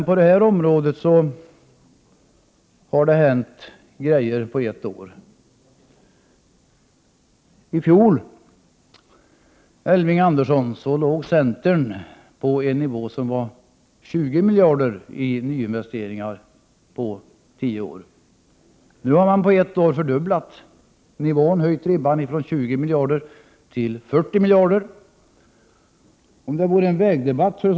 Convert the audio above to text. På det här området har det hänt saker under det senaste året. I fjol, Elving Andersson, låg centern på en nivå av 20 miljarder kronor i nyinvesteringar under en tioårsperiod. Ett år senare har man höjt nivån till det dubbla, från 20 miljarder kronor till 40 miljarder kronor.